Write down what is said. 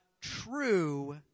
true